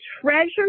treasure